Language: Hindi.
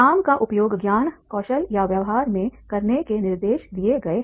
काम का उपयोग ज्ञान कौशल या व्यवहार में करने के निर्देश दिए गए है